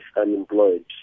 unemployed